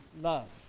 love